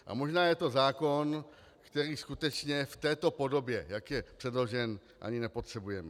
A možná je to zákon, který skutečně v této podobě, jak je předložen, ani nepotřebujeme.